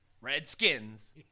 Redskins